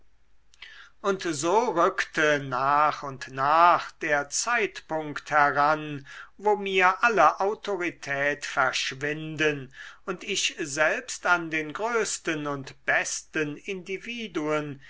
und so rückte nach und nach der zeitpunkt heran wo mir alle autorität verschwinden und ich selbst an den größten und besten individuen